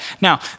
Now